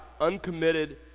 uncommitted